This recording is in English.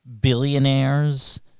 billionaires